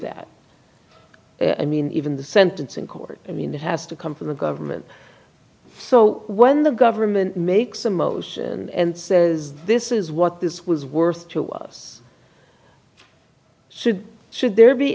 that i mean even the sentence in court i mean it has to come from the government so when the government makes a motion and says this is what this was worth to us so should there be